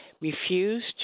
refused